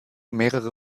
mehrere